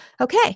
okay